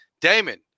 Damon